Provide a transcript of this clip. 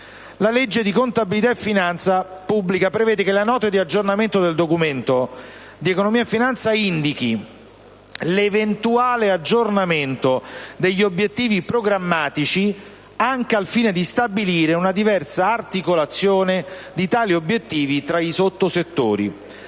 La legge di contabilità e finanza pubblica prevede che la Nota di aggiornamento del Documento di economia e finanza indichi «...l'eventuale aggiornamento degli obiettivi programmatici (...) anche al fine di stabilire una diversa articolazione di tali obiettivi tra i sottosettori».